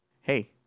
hey